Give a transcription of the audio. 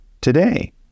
today